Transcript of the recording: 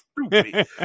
stupid